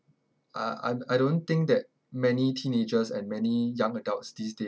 uh I'm I don't think that many teenagers and many young adults these days